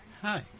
Hi